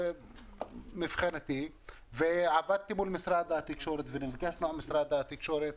עבדתי מול משרד התקשורת, נפגשנו עם משרד התקשורת,